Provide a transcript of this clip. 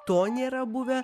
to nėra buvę